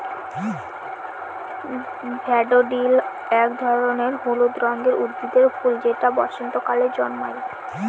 daffodil এক ধরনের হলুদ রঙের উদ্ভিদের ফুল যেটা বসন্তকালে জন্মায়